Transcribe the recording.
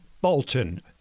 Bolton